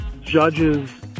judges